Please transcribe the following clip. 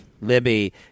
Libby